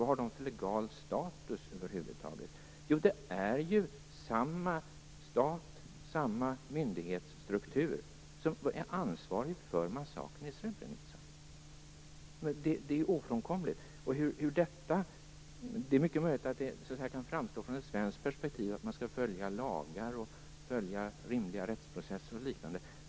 Vad har de över huvud taget för legal status? Jo, det är samma myndighetsstruktur som är ansvarig för massakern i Srebrenica. Det är ofrånkomligt. Det är mycket möjligt att det från ett svenskt perspektiv kan framstå som att man skall följa lagar, rimliga rättsprocesser och liknande.